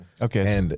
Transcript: Okay